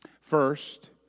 First